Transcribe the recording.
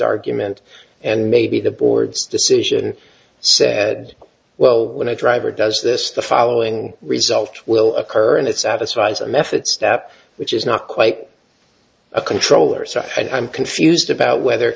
argument and maybe the board's decision said well when i drive or does this the following result will occur and it satisfies a method step which is not quite a controller so i'm confused about whether